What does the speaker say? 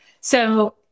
So-